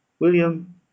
William